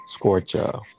Scorcha